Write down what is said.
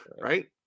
Right